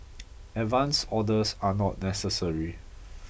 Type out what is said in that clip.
advance orders are not necessary